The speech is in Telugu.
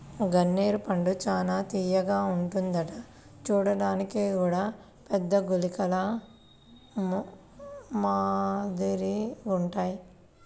గన్నేరు పండు చానా తియ్యగా ఉంటదంట చూడ్డానికి గూడా పెద్ద గుళికల మాదిరిగుంటాయ్